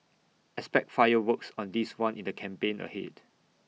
expect fireworks on this one in the campaign ahead